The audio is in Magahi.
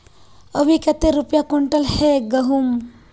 अभी कते रुपया कुंटल है गहुम?